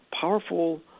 powerful